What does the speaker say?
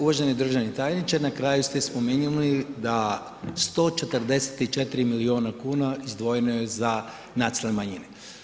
Uvaženi državni tajniče na kraju ste spomenuli da 144 miliona kuna izdvojeno je za nacionalne manjine.